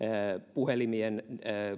puhelimien